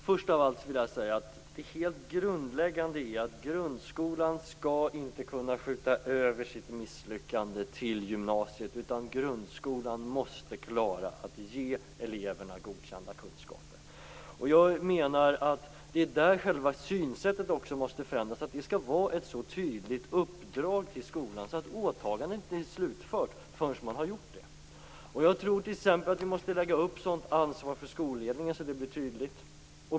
Fru talman! Det helt grundläggande är att grundskolan inte skall kunna skjuta över sitt misslyckande till gymnasiet, utan grundskolan måste klara av att ge eleverna godkända kunskaper. Det är där själva synsättet också måste förändras. Uppdraget till skolan skall vara så tydligt att det står klart att åtagandet inte är slutfört förrän man har genomfört detta. Vi måste t.ex. göra skolledningens ansvar på den punkten tydligt.